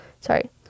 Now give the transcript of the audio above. sorry